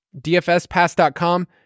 dfspass.com